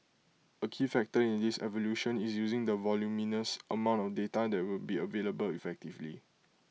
A key factor in this evolution is using the voluminous amount of data that will be available effectively